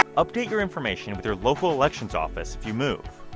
update your information with your local elections office if you move.